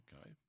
Okay